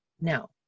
Now